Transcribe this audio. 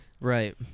right